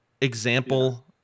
example